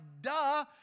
duh